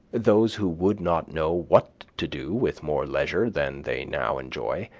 those who would not know what to do with more leisure than they now enjoy,